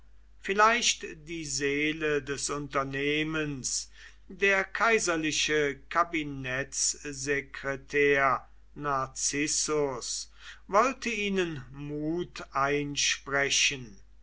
vielleicht die seele des unternehmens der kaiserliche kabinettssekretär narcissus wollte ihnen mut einsprechen